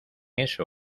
eso